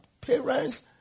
Parents